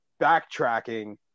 Backtracking